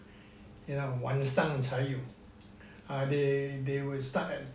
you know 晚上才有 they they will start at